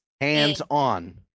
Hands-on